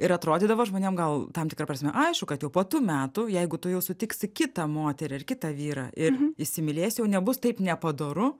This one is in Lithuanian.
ir atrodydavo žmonėm gal tam tikra prasme aišku kad jau po tų metų jeigu tu jau sutiksi kitą moterį ar kitą vyrą ir įsimylėsi jau nebus taip nepadoru